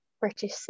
British